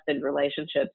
relationships